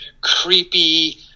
creepy